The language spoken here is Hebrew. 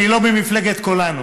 אני לא במפלגת כולנו,